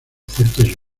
fuertes